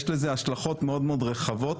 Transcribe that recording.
יש לזה השלכות מאוד מאוד רחבות.